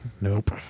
Nope